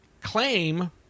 claim